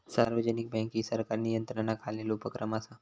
सार्वजनिक बँक ही सरकारी नियंत्रणाखालील उपक्रम असा